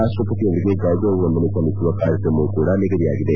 ರಾಷ್ಪಪತಿಯವರಿಗೆ ಗೌರವ ವಂದನೆ ಸಲ್ಲಿಸುವ ಕಾರ್ಯಕ್ರಮವು ನಿಗದಿಯಾಗಿದೆ